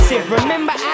Remember